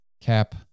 cap